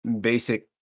basic